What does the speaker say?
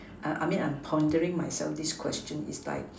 I mean I'm pondering myself this question it's like